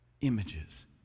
images